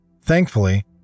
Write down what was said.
Thankfully